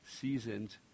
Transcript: seasoned